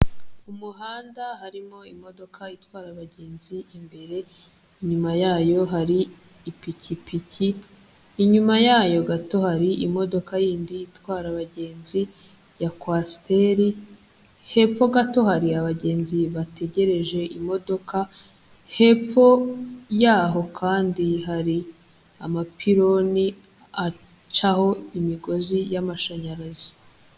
Umuhanda harimo imodoka itwara abagenzi imbere, inyuma yayo hari ipikipiki, inyuma yayo gato hari imodoka yindi itwara abagenzi, ya Kwasiteri, hepfo gato hari abagenzi bategereje imodoka, hepfo yaho kandi hari amapironi acaho imigozi y'amashanyarazi.